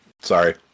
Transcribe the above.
Sorry